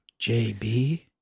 JB